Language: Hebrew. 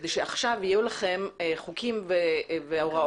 כדי שעכשיו יהיו לכם חוקים והוראות